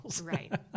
Right